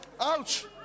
ouch